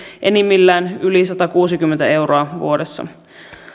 enimmillään yli satakuusikymmentä euroa vuodessa